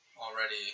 already